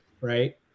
right